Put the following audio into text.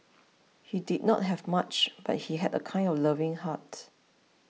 he did not have much but he had a kind and loving heart